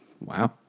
Wow